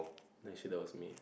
actually that was me